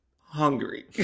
hungry